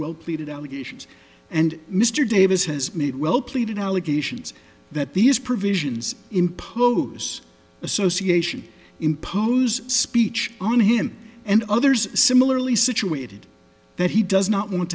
wild pleated allegations and mr davis has made well pleaded allegations that these provisions impose association impose speech on him and others similarly situated that he does not want